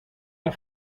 der